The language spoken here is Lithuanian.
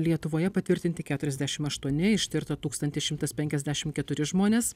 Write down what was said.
lietuvoje patvirtinti keturiasdešimt aštuoni ištirta tūkstantis šimtas penkiasdešimt keturi žmonės